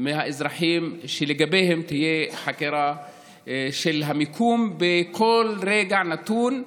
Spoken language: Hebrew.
מהאזרחים שתהיה חקירה של המיקום שלהם בכל רגע נתון?